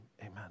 amen